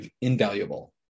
invaluable